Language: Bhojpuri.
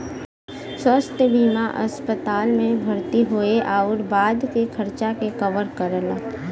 स्वास्थ्य बीमा अस्पताल में भर्ती होये आउर बाद के खर्चा के कवर करला